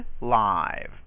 Live